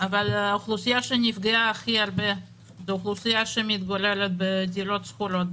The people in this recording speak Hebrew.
אבל האוכלוסייה שנפגעה הכי הרבה היא זאת שמתגוררת בדירות שכורות,